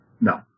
No